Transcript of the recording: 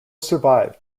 survived